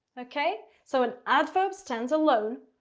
okay? so an adverb stands alone.